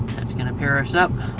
that's gonna pair us up.